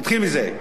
תתחיל מזה.